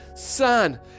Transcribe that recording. son